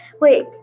Wait